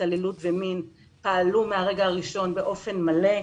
התעללות ומין פעלו מהרגע הראשון באופן מלא.